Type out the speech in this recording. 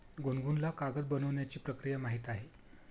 गुनगुनला कागद बनवण्याची प्रक्रिया माहीत आहे